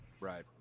Right